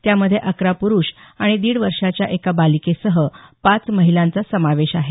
त्यामध्ये अकरा पुरुष आणि दीड वर्षाच्या एका बालिकेसह पाच महिलांचा समावेश आहे